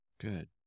Good